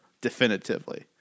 definitively